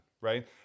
right